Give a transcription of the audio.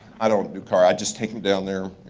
i don't do car, i just take them down there.